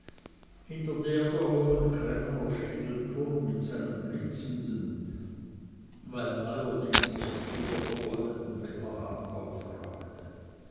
hinter der der hohen cremmener schindelturm mit seinem blitzenden weil neuerdings erst wieder vergoldeten wetterhahn aufragte